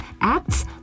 acts